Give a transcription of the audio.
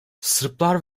sırplar